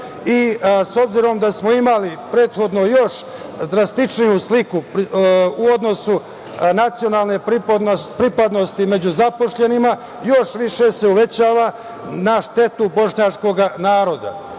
obzirom da smo imali prethodno još drastičniju sliku u odnosu na nacionalnu pripadnost među zaposlenima, još više se uvećava na štetu bošnjačkog naroda.